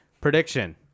Prediction